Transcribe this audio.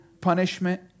punishment